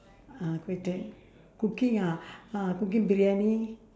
uh kueh t~ cooking ah uh cooking briyani